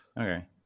okay